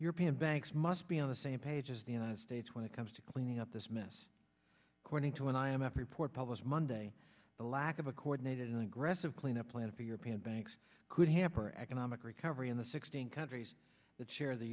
european banks must be on the same page as the united states when it comes to cleaning up this mess according to an i m f report published monday the lack of a coordinated and aggressive clean up plan for european banks could hamper economic recovery in the sixteen countries that share the